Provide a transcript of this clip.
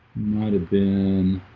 have been